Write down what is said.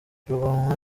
rugomwa